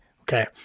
Okay